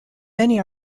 many